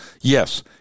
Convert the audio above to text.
Yes